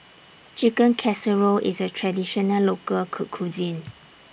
Chicken Casserole IS A Traditional Local Cuisine